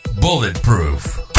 bulletproof